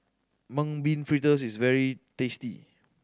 Mung Bean Fritters is very tasty